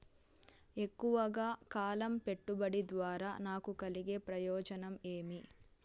ఎక్కువగా కాలం పెట్టుబడి ద్వారా నాకు కలిగే ప్రయోజనం ఏమి?